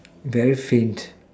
very faint